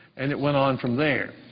and it went on from there.